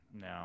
No